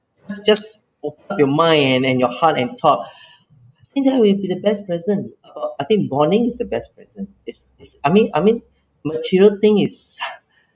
just just open your mind and and your heart and talk I think that will be the best present uh I think bonding is the best present if it's I mean I mean material thing is